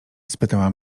spytała